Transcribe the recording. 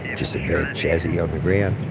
and just a burnt chassis on the ground.